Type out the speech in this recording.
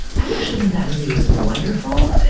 i actually think that movie was wonderful.